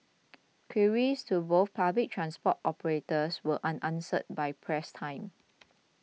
queries to both public transport operators were unanswered by press time